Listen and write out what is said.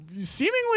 seemingly